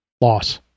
loss